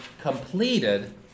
completed